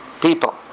people